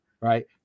right